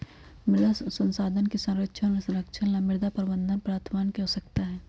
मृदा संसाधन के संरक्षण और संरक्षण ला मृदा प्रबंधन प्रथावन के आवश्यकता हई